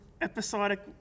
episodic